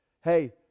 hey